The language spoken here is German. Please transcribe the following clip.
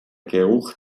geruch